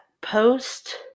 post